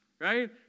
right